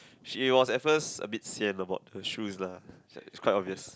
she was at first a bit sian about the shoes lah it's quite obvious